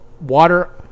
water